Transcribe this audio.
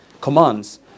commands